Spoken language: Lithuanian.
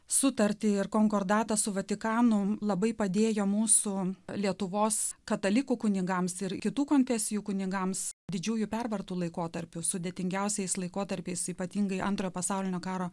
sutartį ir konkordatą su vatikano labai padėjo mūsų lietuvos katalikų kunigams ir kitų konfesijų kunigams didžiųjų pervartų laikotarpiu sudėtingiausiais laikotarpiais ypatingai antrojo pasaulinio karo